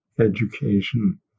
education